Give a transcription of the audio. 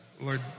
Lord